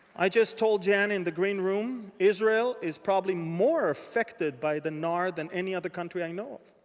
i just told jan in the green room, israel is probably more affected by the nar than any other country i know.